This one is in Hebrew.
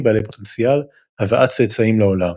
בעלי פוטנציאל הבאת צאצאים לעולם.